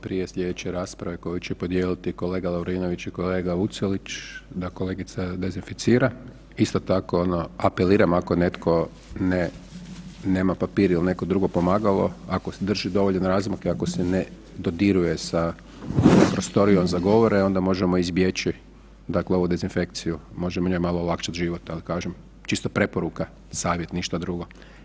Molim prije slijedeće rasprave koju će podijeli kolega Lovrinović i kolega Vucelić da kolegica dezinficira, isto tako apeliram ako netko nema papir ili neko drugo pomagalo, ako drži dovoljno razmaka ako se ne dodiruje sa prostorijom za govore i onda možemo izbjeći ovu dezinfekciju, možemo njoj malo olakšati život da tako kažem, čisto preporuka, savjet, ništa drugo.